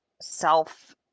self